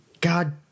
God